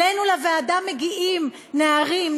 אלינו לוועדה מגיעים נערים,